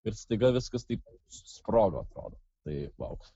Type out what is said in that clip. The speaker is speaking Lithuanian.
ir staiga viskas taip susprogo atrodo tai lauk